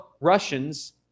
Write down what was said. Russians